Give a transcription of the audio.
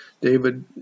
David